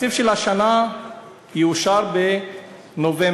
התקציב של השנה יאושר בנובמבר,